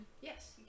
Yes